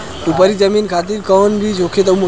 उपरी जमीन खातिर कौन बीज होखे?